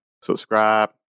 subscribe